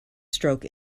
stroke